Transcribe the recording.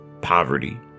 poverty